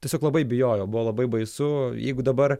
tiesiog labai bijojau buvo labai baisu jeigu dabar